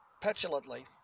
petulantly